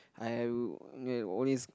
I uh will always